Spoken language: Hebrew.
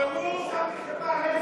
תתעוררו.